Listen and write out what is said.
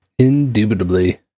indubitably